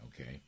okay